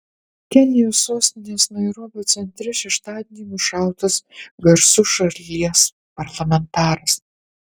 kenijos sostinės nairobio centre šeštadienį nušautas garsus šalies parlamentaras